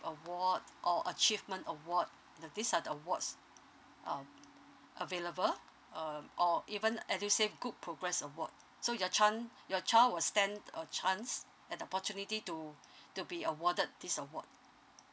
award or achievement award now these are the awards uh available um or even edusave good progress award so your your child will stand a chance an opportunity to to be awarded this award